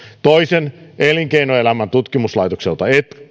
toisen elinkeinoelämän tutkimuslaitokselta